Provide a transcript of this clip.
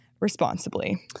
responsibly